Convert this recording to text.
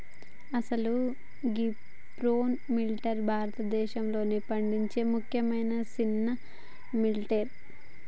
అసలు గీ proso millet భారతదేశంలో పండించే ముఖ్యమైన సిన్న మిల్లెట్